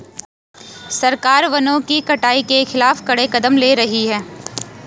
सरकार वनों की कटाई के खिलाफ कड़े कदम ले रही है